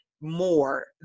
more